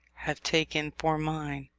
have taken for mine.